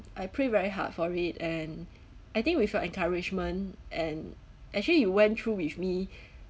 I pray very hard for it and I think with your encouragement and actually you went through with me